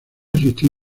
asistir